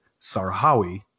Sarhawi